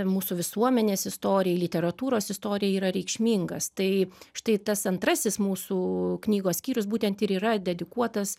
mūsų visuomenės istorijai literatūros istorijai yra reikšmingas tai štai tas antrasis mūsų knygos skyrius būtent ir yra dedikuotas